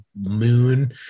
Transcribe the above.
moon